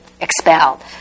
expelled